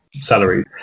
Salary